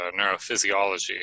neurophysiology